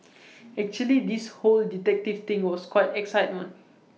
actually this whole detective thing was quite excitement